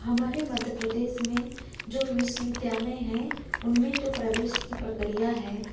हमारे मध्य प्रदेश में जो विश्वविद्यालय हैं उनमें जो प्रवेश की प्रक्रिया है